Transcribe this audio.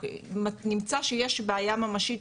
או נמצא שיש בעיה ממשית